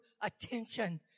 attention